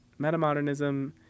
metamodernism